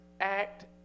act